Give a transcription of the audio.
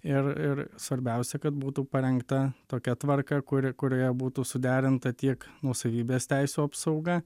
ir ir svarbiausia kad būtų parengta tokia tvarka kur kurioje būtų suderinta tiek nuosavybės teisių apsauga